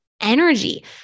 energy